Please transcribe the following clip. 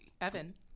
Evan